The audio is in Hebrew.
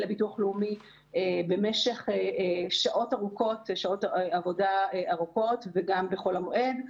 לביטוח לאומי במשך שעות עבודה ארוכות וגם בחול המועד,